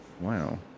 Wow